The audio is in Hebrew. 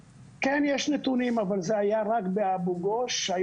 כן, יש נתונים, אבל זה היה רק באבו גוש.